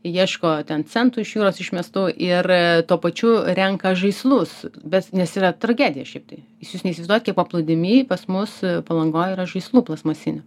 ieško ten centų iš jūros išmestų ir tuo pačiu renka žaislus bet nes yra tragedija šiaip tai jis jūs neįsivaizduojat kiek paplūdimy pas mus palangoj yra žaislų plastmasinių